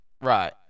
Right